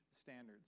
standards